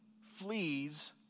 flees